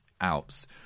Alps